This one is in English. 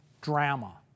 drama